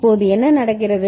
இப்போது என்ன நடக்கிறது